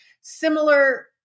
similar